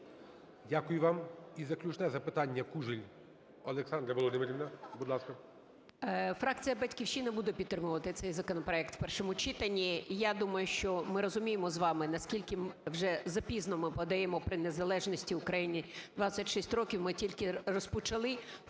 Дякую вам. І заключне запитання – Кужель Олександра Володимирівна. Будь ласка.